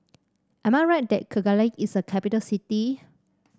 am I right that Kigali is a capital city